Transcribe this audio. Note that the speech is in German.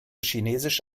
chinesisch